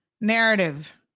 narrative